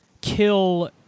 kill